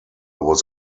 was